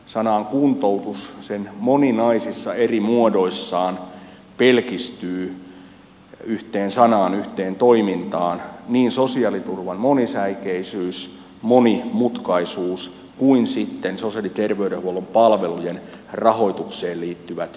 kuntoutukseen sen moninaisissa eri muodoissaan pelkistyy yhteen sanaan yhteen toimintaan niin sosiaaliturvan monisäikeisyys monimutkaisuus kuin sitten sosiaali terveydenhuollon palvelujen rahoitukseen liittyvät kysymykset